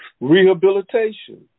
Rehabilitation